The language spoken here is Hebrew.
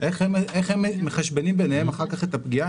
איך הם מחשבנים ביניהם אחר כך הפגיעה